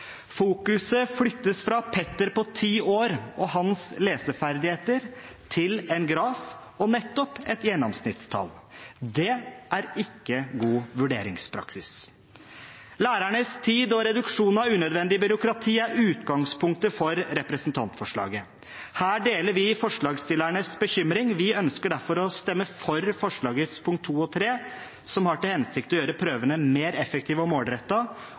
Fokuset flyttes fra Petter på 10 år og hans leseferdigheter til en graf og nettopp et gjennomsnittstall. Det er ikke god vurderingspraksis. Lærernes tid og reduksjon av unødvendig byråkrati er utgangspunktet for representantforslaget. Her deler vi forslagsstillernes bekymring. Vi ønsker derfor å stemme for punktene 2 og 3 i forslaget, som har til hensikt å gjøre prøvene mer effektive og